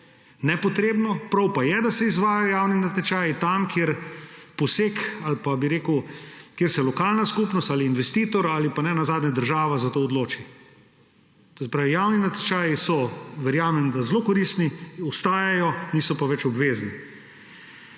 nepotrebno. Prav pa je, da se izvajajo javni natečaji tam, kjer se lokalna skupnost ali investitor ali ne nazadnje država za to odloči. To se pravi, javni natečaji so, verjamem da so zelo koristni, ostajajo, niso pa več obvezni.